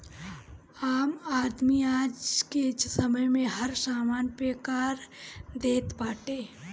आम आदमी आजके समय में हर समान पे कर देत बाटे